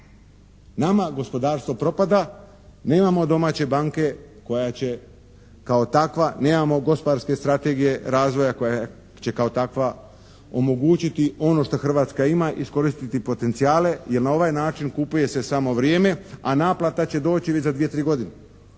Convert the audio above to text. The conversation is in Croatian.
Nama gospodarstvo propada. Nemamo domaće banke koja će takva, nemamo gospodarske strategije razvoja koja će kao takva omogućiti ono što Hrvatska ima, iskoristiti potencijale jer na ovaj način kupuje se samo vrijeme, a naplata će doći već za dvije, tri godine.